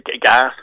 gas